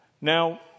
Now